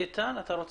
אורן, אני מבקש